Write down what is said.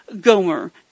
Gomer